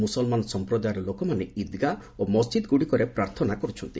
ମୁସଲମାନ ସମ୍ପ୍ରଦାୟର ଲୋକମାନେ ଇଦ୍ଗାହ ଓ ମସ୍କିଦ୍ଗୁଡ଼ିକରେ ପ୍ରାର୍ଥନା କରୁଛନ୍ତି